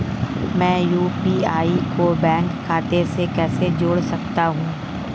मैं यू.पी.आई को बैंक खाते से कैसे जोड़ सकता हूँ?